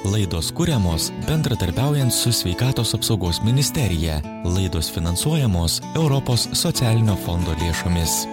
laidos kuriamos bendradarbiaujant su sveikatos apsaugos ministerija laidos finansuojamos europos socialinio fondo lėšomis